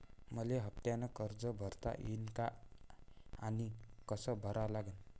मले हफ्त्यानं कर्ज भरता येईन का आनी कस भरा लागन?